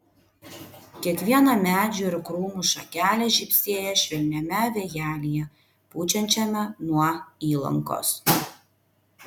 kiekviena medžių ir krūmų šakelė žibsėjo švelniame vėjelyje pučiančiame nuo įlankos